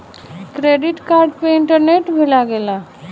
Credit card पे interest भी लागेला?